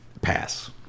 Pass